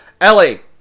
Ellie